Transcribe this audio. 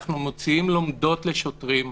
אנחנו מוציאים לומדות לשוטרים,